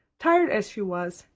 tired as she was,